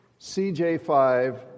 CJ5